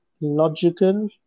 logical